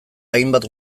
hainbat